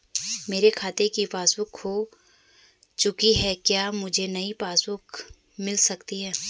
मेरे खाते की पासबुक बुक खो चुकी है क्या मुझे नयी पासबुक बुक मिल सकती है?